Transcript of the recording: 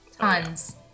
Tons